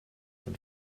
von